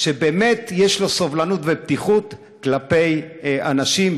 שיש לו סובלנות ופתיחות כלפי אנשים,